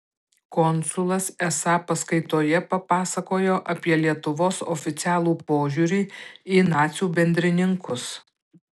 konsulas esą paskaitoje papasakojo apie lietuvos oficialų požiūrį į nacių bendrininkus